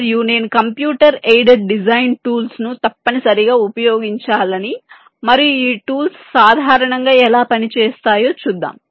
మరియు నేను computer aided design tools ను తప్పనిసరిగా ఉపయోగించాలని మరియు ఈ టూల్స్ సాధారణంగా ఎలా పని చేస్తాయో చూద్దాం